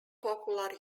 popular